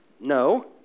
No